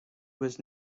was